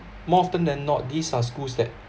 more often than not these are schools that